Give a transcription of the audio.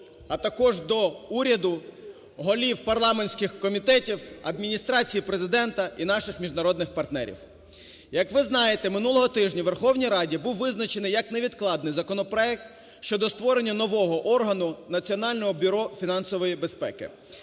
А також до уряду, голів парламентських комітетів, Адміністрації Президента і наших міжнародних партнерів. Як ви знаєте, минулого тижня у Верховній Раді був визначений як невідкладний законопроект щодо створення нового органу – Національного бюро фінансової безпеки.